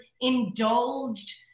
indulged